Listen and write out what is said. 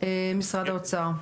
משרד האוצר.